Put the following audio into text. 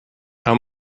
how